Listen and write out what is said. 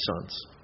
sons